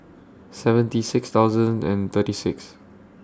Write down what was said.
seventy six thousand and thirty six